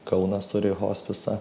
kaunas turi hospisą